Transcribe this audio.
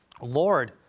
Lord